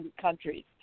countries